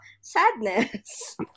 Sadness